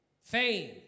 fame